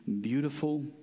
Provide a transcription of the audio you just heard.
beautiful